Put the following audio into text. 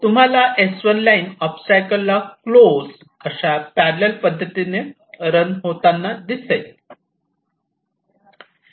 तुम्हाला S1 line ओबस्टॅकल्सला close अशा पॅररल पद्धतीने रन होताना दिसेल